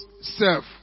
self